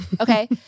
okay